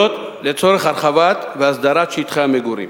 לצורך הרחבת והסדרת שטחי המגורים